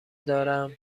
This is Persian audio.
دارم